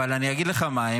אבל אני אגיד לך מה,